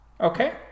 Okay